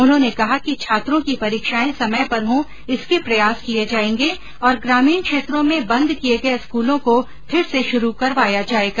उन्होंने कहा कि छात्रों की परीक्षाएं समय पर हो इसके प्रयास किए जाएंगे और ग्रामीण क्षेत्रों में बंद किए गए स्कूलों को फिर से शुरू करवाया जाएगा